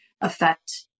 affect